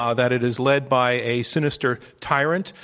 ah that it is led by a sinister tyrant,